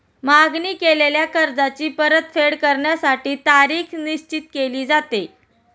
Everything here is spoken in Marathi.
मागणी केलेल्या कर्जाची परतफेड करण्यासाठी तारीख निश्चित केली जाते